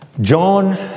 John